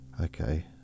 Okay